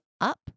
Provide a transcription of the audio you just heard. up